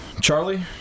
Charlie